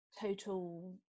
total